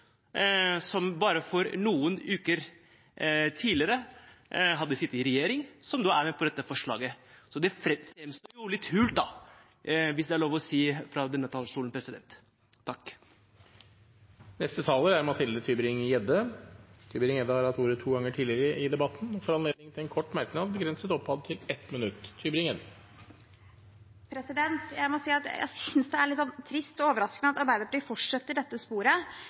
som bare noen uker tidligere hadde sittet i regjering, som er med på dette forslaget. Så det framstår litt hult, hvis det er lov å si det fra denne talerstolen. Representanten Mathilde Tybring-Gjedde har hatt ordet to ganger tidligere og får ordet til en kort merknad, begrenset til 1 minutt. Jeg må si at jeg synes det er litt trist og overraskende at Arbeiderpartiet fortsetter i dette sporet,